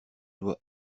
dois